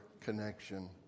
connection